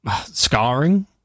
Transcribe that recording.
scarring